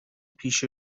پیش